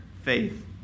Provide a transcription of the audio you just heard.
faith